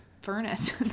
furnace